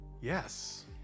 Yes